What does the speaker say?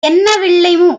எண்ண